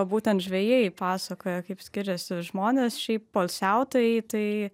būtent žvejai pasakoja kaip skiriasi žmonės šiaip poilsiautojai tai